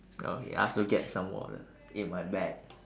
oh he ask to get some water in my bag